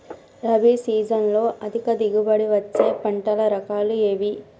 రబీ సీజన్లో అధిక దిగుబడి వచ్చే పంటల రకాలు ఏవి?